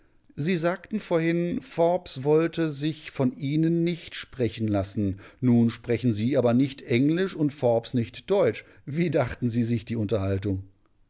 sie sagten vorhin forbes wollte sich von ihnen nicht sprechen lassen nun sprechen sie aber nicht englisch und forbes nicht deutsch wie dachten sie sich die unterhaltung